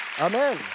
Amen